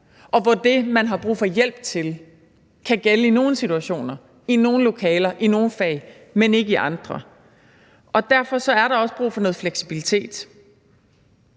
og hvor det, man har brug for hjælp til, kan gælde i nogle situationer, i nogle lokaler, i nogle fag, men ikke i andre. Derfor er der også brug for noget fleksibilitet.